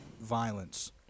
violence